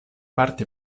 parti